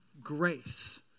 grace